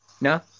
No